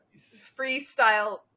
freestyle